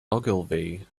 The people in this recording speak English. ogilvy